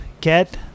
get